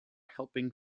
helping